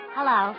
Hello